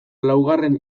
laugarren